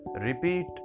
Repeat